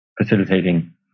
facilitating